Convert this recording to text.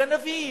גנבים,